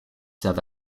south